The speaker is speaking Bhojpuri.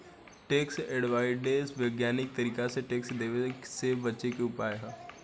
टैक्स अवॉइडेंस वैज्ञानिक तरीका से टैक्स देवे से बचे के उपाय ह